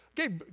Okay